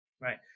right